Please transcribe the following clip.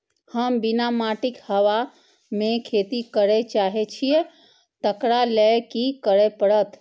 हम बिना माटिक हवा मे खेती करय चाहै छियै, तकरा लए की करय पड़तै?